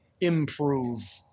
improve